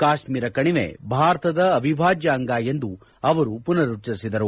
ಕಾಶ್ಮೀರ ಕಣಿವೆ ಭಾರತದ ಅವಿಭಾಜ್ಯ ಅಂಗ ಎಂದು ಅವರು ಪುನರುಚ್ಚರಿಸಿದರು